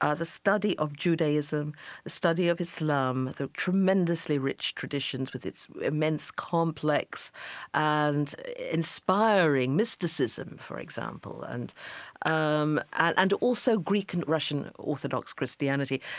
ah the study of judaism, the study of islam, the tremendously rich traditions with its immense, complex and inspiring mysticism, for example, and um and also greek and russian orthodox christianity.